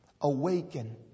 Awaken